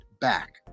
back